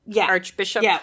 Archbishop